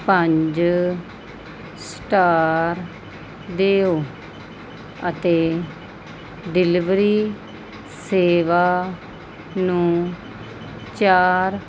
ਪੰਜ ਸਟਾਰ ਦਿਓ ਅਤੇ ਡਿਲੀਵਰੀ ਸੇਵਾ ਨੂੰ ਚਾਰ